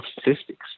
statistics